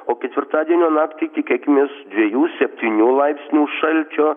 o ketvirtadienio naktį tikėkimės dviejų septynių laipsnių šalčio